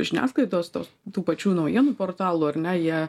žiniasklaidos tos tų pačių naujienų portalų ar ne jie